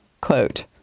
Quote